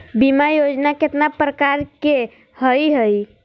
बीमा योजना केतना प्रकार के हई हई?